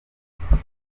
umuhanzi